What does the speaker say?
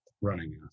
running